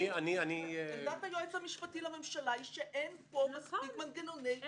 את היועץ המשפטי של המשרד או נציגו של